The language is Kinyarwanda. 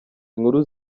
inkuru